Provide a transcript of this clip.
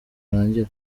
urangire